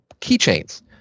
keychains